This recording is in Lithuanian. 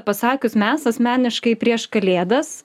pasakius mes asmeniškai prieš kalėdas